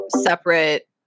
separate